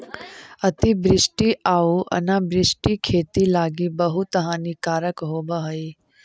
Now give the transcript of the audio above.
अतिवृष्टि आउ अनावृष्टि खेती लागी बहुत हानिकारक होब हई